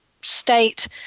state